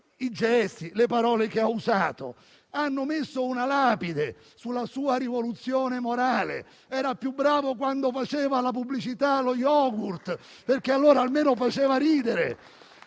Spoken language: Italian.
i gesti e le parole che ha usato ha messo una lapide sulla sua rivoluzione morale. Era più bravo quando faceva la pubblicità dello yogurt, perché allora almeno faceva ridere